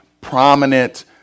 prominent